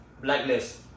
Blacklist